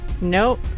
nope